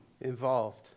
involved